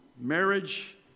Marriage